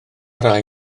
rai